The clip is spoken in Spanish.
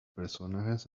personajes